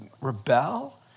rebel